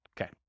Okay